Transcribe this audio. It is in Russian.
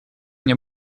мне